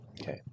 Okay